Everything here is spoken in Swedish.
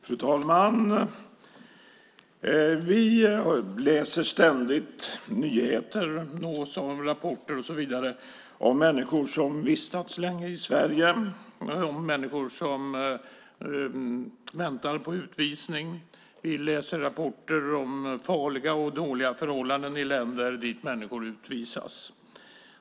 Fru talman! Vi läser ständigt nyheter och nås av rapporter och så vidare om människor som vistats länge i Sverige och som nu väntar på utvisning. Vi läser rapporter om farliga och dåliga förhållanden i länder dit människor utvisas.